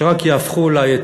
שרק יהפכו, אולי,